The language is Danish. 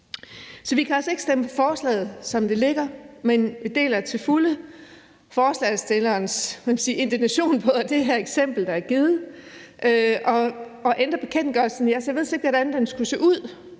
Vi kan altså ikke stemme for forslaget, som det ligger, men vi deler til fulde forslagsstillernes indignation over det her eksempel, der er givet. I forhold til at ændre bekendtgørelsen ved jeg simpelt hen ikke, hvordan den skulle se ud,